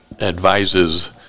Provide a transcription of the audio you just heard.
advises